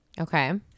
Okay